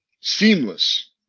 seamless